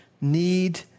need